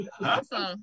Awesome